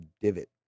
divot